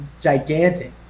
gigantic